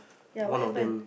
ya what happened